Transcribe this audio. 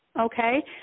okay